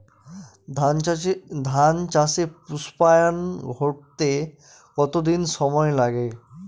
ধান চাষে পুস্পায়ন ঘটতে কতো দিন সময় লাগে?